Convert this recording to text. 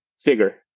figure